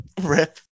Rip